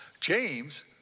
James